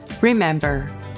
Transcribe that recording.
Remember